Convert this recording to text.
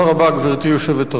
גברתי היושבת-ראש,